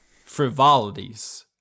frivolities